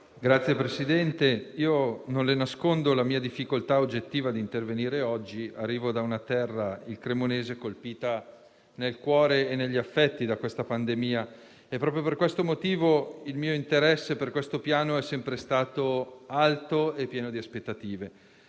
Signor Presidente, non le nascondo la mia difficoltà oggettiva a intervenire oggi, poiché arrivo da una terra, il cremonese, colpita nel cuore e negli affetti da questa pandemia. Proprio per questo motivo, il mio interesse per tale Piano è sempre stato alto e pieno di aspettative.